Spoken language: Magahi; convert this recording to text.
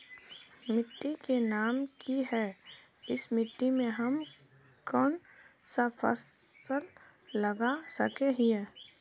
मिट्टी के नाम की है इस मिट्टी में हम कोन सा फसल लगा सके हिय?